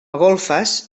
golfes